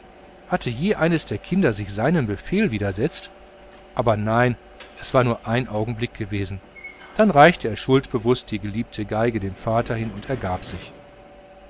hatte je eines der kinder sich seinem befehl widersetzt aber nein es war nur ein augenblick gewesen dann reichte er schuldbewußt die geliebte violine dem vater hin und ergab sich